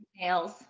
nails